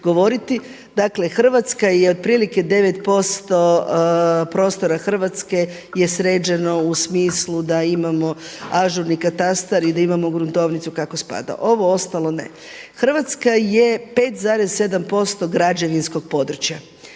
dakle Hrvatska je otprilike 9% prostora Hrvatske je sređeno u smislu da imamo ažurni katastar i da imamo gruntovnicu kako spada, ovo ostalo ne. Hrvatska je 5,7% građevinsko područje